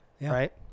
right